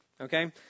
Okay